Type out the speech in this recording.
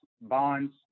bonds